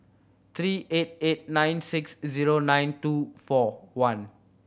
three eight eight nine six zero nine two four one